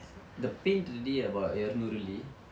the paint already about இருநூறு வெள்ளி:irunuuru velli